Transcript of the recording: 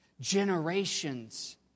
Generations